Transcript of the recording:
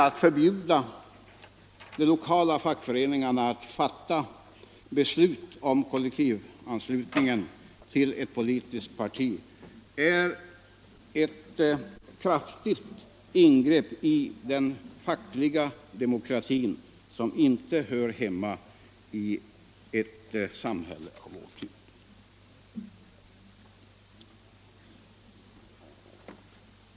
Ett förbud för de lokala fackföreningarna att fatta beslut om kollektivanslutning till ett politiskt parti är ett kraftigt ingrepp i den fackliga demokratin, som inte hör hemma i ett samhälle av vår typ.